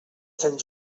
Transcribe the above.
sant